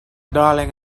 darling